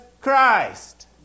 Christ